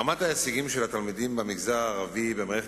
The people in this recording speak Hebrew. רמת ההישגים של התלמידים במגזר הערבי במערכת